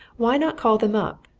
why not call them up,